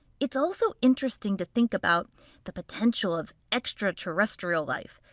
it's also interesting to think about the potential of extra terrestrial life,